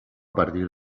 partir